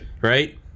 right